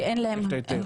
כי אין להם את ההיתר.